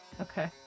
Okay